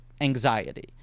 anxiety